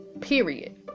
Period